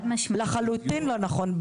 לחלוטין לא נכון,